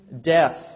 death